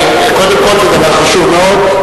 קודם כול זה דבר חשוב מאוד,